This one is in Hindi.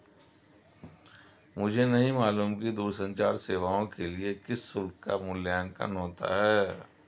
मुझे नहीं मालूम कि दूरसंचार सेवाओं के लिए किस शुल्क का मूल्यांकन होता है?